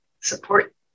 support